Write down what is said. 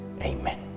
Amen